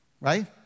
right